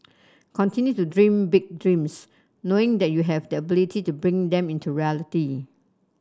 continue to dream big dreams knowing that you have the ability to bring them into reality